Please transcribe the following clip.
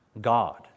God